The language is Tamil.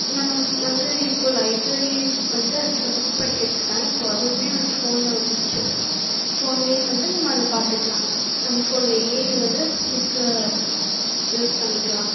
நம்ம வந்து இப்போ லைப்ரரி வந்து ஆக்சுவலாக புக் படிக்கிறத்துக்கு தான் இப்போ அதுவுமே வந்து ஃபோனில் வந்துடுச்சு ஃபோன்லேயே வந்து நம்ம அதை பார்த்துக்கலாம் நம்ம ஃபோன்லேயே வந்து புக்கு யூஸ் பண்ணிக்கலாம்